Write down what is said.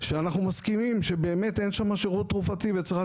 שאנחנו מסכימים שבאמת אין שם שירות תרופתי וצריך